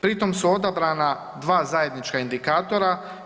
Pri tom su odabrana dva zajednička indikatora.